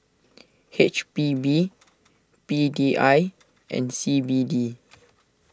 H P B P D I and C B D